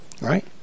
right